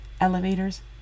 elevators